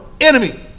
enemy